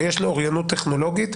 שיש לו אוריינות טכנולוגית,